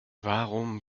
warum